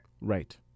Right